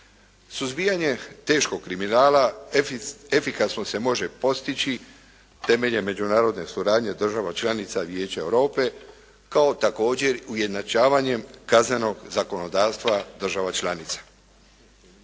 Suzbijanje teškog kriminala efikasno se može postići temeljem međunarodne suradnje država članica Vijeća Europe, kao također ujednačavanjem kaznenog zakonodavstva država članica.